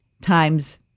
times